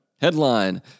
Headline